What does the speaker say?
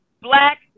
black